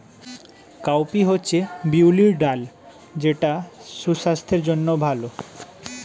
cowpea হচ্ছে বিউলির ডাল যেটা সুস্বাস্থ্যের জন্য ভালো